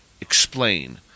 explain